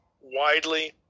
widely